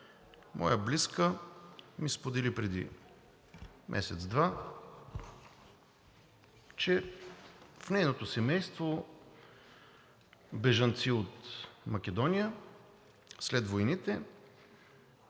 Моя близка ми сподели преди месец – два, че в нейното семейство – бежанци от Македония, след войните